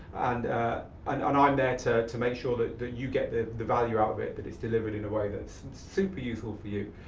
and and and i'm there to to make sure that that you get the the value out of it, that it's delivered in a way that's super useful for you.